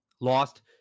lost